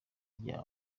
rya